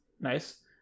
nice